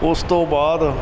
ਉਸ ਤੋਂ ਬਾਅਦ